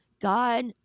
God